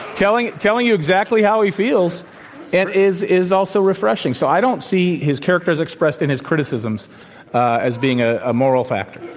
telling telling you exactly how he feels and is is also refreshing. so, i don't see his character is expressed in his criticisms as being a ah moral factor.